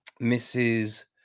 mrs